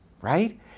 right